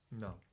No